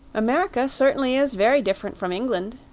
america certainly is very different from england,